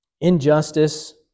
injustice